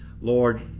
Lord